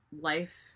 life